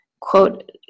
quote